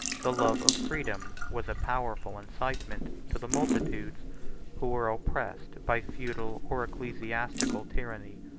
the love of freedom was a powerful incitement to the multitudes who were oppressed by feudal or ecclesiastical tyranny.